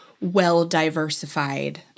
well-diversified